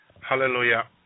hallelujah